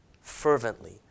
fervently